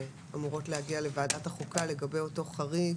שאמורות להגיע לוועדת החוקה לגבי אותו חריג